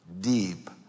deep